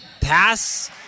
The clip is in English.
pass